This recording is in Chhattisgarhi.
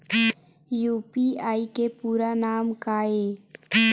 यू.पी.आई के पूरा नाम का ये?